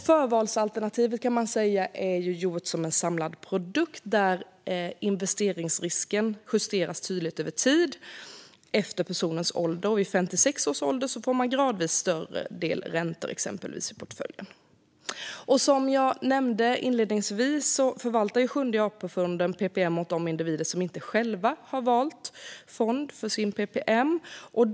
Förvalsalternativet kan man säga är gjort som en samlad produkt där investeringsrisken justeras tydligt över tid efter personens ålder. Vid 56 års ålder får man gradvis större del räntor i portföljen. Som jag nämnde inledningsvis förvaltar Sjunde AP-fonden ppm åt de individer som inte själva valt fonder för sin ppm.